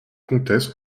comtesse